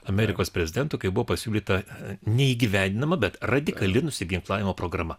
amerikos prezidentu kai buvo pasiūlyta neįgyvendinama bet radikali nusiginklavimo programa